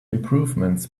improvements